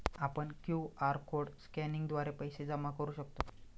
आपण QR code स्कॅनिंगद्वारे पैसे जमा करू शकतो